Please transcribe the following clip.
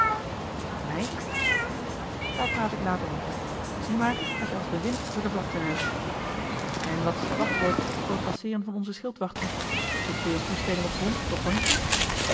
voor mij daar praat ik later over zie maar dat je als de wind door de vlakte rijdt en wat is het wachtwoord voor het passeeren van onze schildwachten soms weer een toespeling op hond of hondje